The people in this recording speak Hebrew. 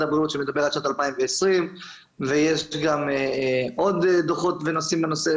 הבריאות שמדבר על שנת 2020. יש גם עוד דוחות בנושא,